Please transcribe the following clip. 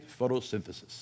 photosynthesis